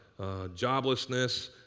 joblessness